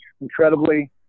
incredibly